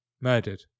murdered